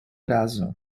razu